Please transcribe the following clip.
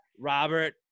Robert